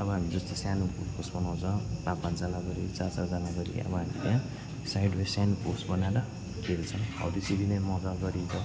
अब हामी जस्तै सानो गोल पोस्ट बनाउँछ पाँच पाँचजना गरी चार चारजना गरी अब हामी त्यहाँ साइडमा सानो पोस्ट बनाएर खेल्छौँ हो त्यसरी नै मज्जा गरिन्छ